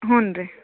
ಹ್ಞೂ ರೀ